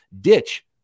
Ditch